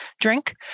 drink